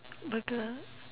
Burglar